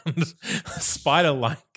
Spider-like